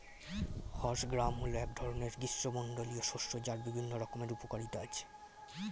horse gram হল এক ধরনের গ্রীষ্মমণ্ডলীয় শস্য যার বিভিন্ন রকমের উপকারিতা আছে